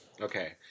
okay